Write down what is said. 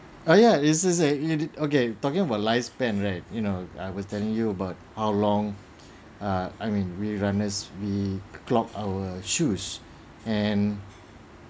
uh ya is is a okay talking about lifespan right you know I was telling you about how long ah I mean we runners we clock our shoes and